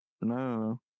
No